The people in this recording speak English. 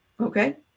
Okay